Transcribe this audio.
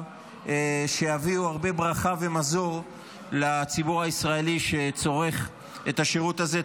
שיביאו הרבה ברכה ומזור לציבור הישראלי שצורך את השירות הזה.